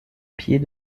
pied